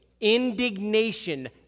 indignation